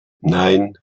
nein